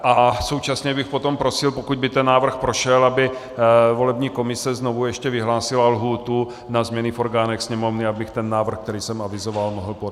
A současně bych potom prosil, pokud by ten návrh prošel, aby volební komise znovu ještě vyhlásila lhůtu na změny v orgánech Sněmovny, abych ten návrh, který jsem avizoval, mohl podat.